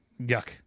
Yuck